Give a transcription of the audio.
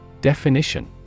DEFINITION